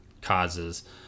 causes